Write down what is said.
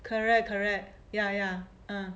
correct correct ya ya